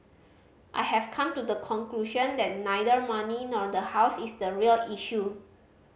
I have come to the conclusion that neither money nor the house is the real issue